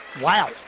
Wow